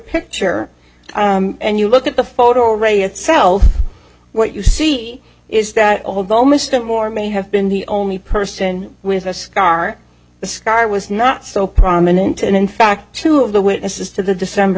picture and you look at the photo array itself what you see is that although mr moore may have been the only person with a scar the sky was not so prominent and in fact two of the witnesses to the december